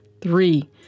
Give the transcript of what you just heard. Three